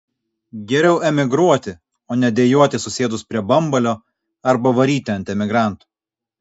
geriau emigruoti o ne dejuoti susėdus prie bambalio arba varyti ant emigrantų